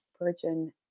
virgin